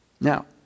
Now